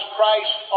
Christ